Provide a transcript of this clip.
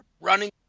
running